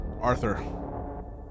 Arthur